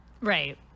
Right